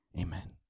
amen